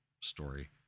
story